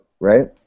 right